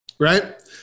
right